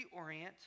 reorient